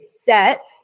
set